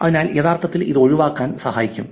അതിനാൽ യഥാർത്ഥത്തിൽ ഇത് ഒഴിവാക്കാൻ സഹായിക്കും